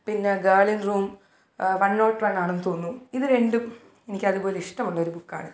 പിന്നെ girl in room one nought one ആണെന്ന് തോന്നുന്നു ഇത് രണ്ടും എനിക്കതുപോലിവുള്ളൊരു ബുക്കാണ്